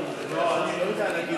לא, אני לא יודע להגיד,